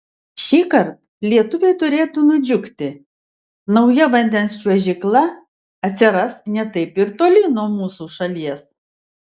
šįkart lietuviai turėtų nudžiugti nauja vandens čiuožykla atsiras ne taip ir toli nuo mūsų šalies